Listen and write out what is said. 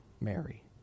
Mary